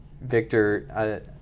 Victor